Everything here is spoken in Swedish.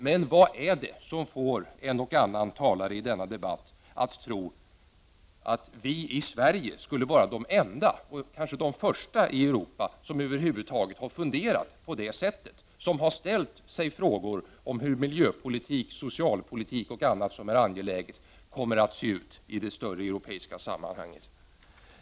Men vad är det som får en och annan talare i denna debatt att tro att vi i Sverige skulle vara de enda och kanske de första i Europa som över huvud taget funderat på det sättet och som har ställt sig frågor om hur miljöpolitik, socialpolitik och annat som är angeläget kommer att se ut i det större europeiska sammanhanget?